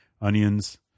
onions